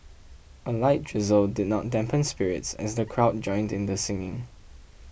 a light drizzle did not dampen spirits as the crowd joined in the singing